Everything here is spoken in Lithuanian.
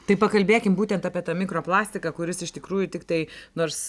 tai pakalbėkim būtent apie tą mikroplastiką kuris iš tikrųjų tiktai nors